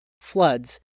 floods